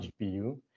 GPU